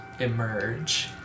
emerge